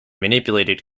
manipulated